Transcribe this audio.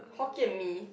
Hokkien Mee